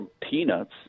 peanuts